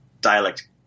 dialect